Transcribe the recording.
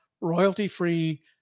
royalty-free